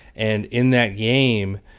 and in that game,